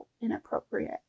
inappropriate